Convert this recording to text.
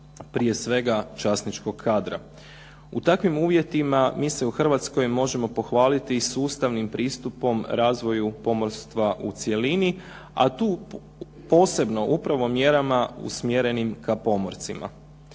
prije svega časničkog kadra. U takvim uvjetima mi se u Hrvatskoj možemo pohvaliti sustavnim pristupom razvoju pomorstva u cjelini, a tu posebno upravo mjerama usmjerenim ka pomorcima.